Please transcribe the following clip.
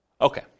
Okay